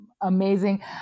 amazing